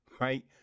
right